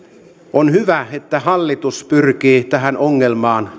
on hyvä että hallitus pyrkii tähän ongelmaan